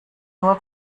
nur